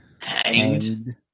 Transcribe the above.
hanged